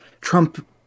Trump